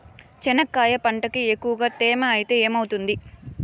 చెనక్కాయ పంటకి ఎక్కువగా తేమ ఐతే ఏమవుతుంది?